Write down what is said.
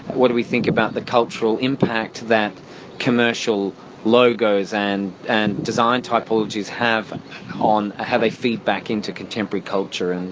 what do we think about the cultural impact that commercial logos and and design typologies have on how they feed back into contemporary culture. and